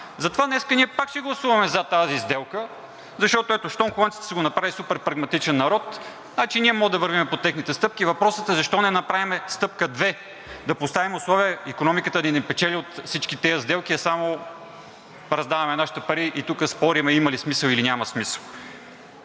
Затова днес ние пак ще гласуваме за тази сделка, защото, ето, щом холандците са го направили – суперпрагматичен народ, значи и ние можем да вървим по техните стъпки. Въпросът е защо не направим стъпка две – да поставим условия икономиката ни да печели от всички тези сделки, а само раздаваме нашите пари и тук спорим има ли смисъл, или няма смисъл?